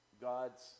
God's